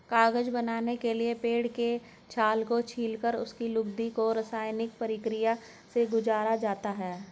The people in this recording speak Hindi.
कागज बनाने के लिए पेड़ के छाल को छीलकर उसकी लुगदी को रसायनिक प्रक्रिया से गुजारा जाता है